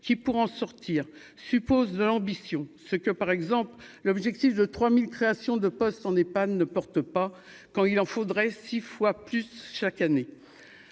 qui pourront sortir suppose de l'ambition, ce que, par exemple, l'objectif de 3000 créations de postes en est pas ne porte pas quand il en faudrait 6 fois plus chaque année,